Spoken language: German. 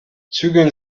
zügeln